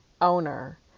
owner